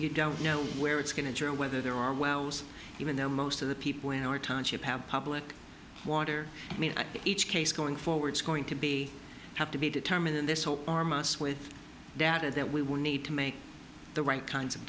you don't know where it's going to turn whether there are wells even though most of the people in our township have public water each case going forward is going to be have to be determined in this whole arm us with data that we will need to make the right kinds of